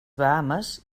bahames